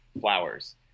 flowers